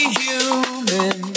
human